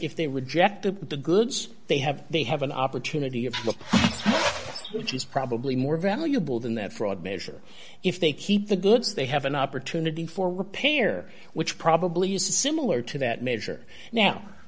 if they rejected the goods they have they have an opportunity of which is probably more valuable than that fraud measure if they keep the goods they have an opportunity for repair which probably use a similar to that measure now